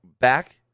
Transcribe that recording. back